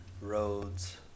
Roads